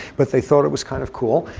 but they thought it was kind of cool.